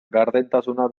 gardentasuna